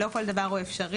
לא כל דבר הוא אפשרי.